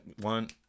one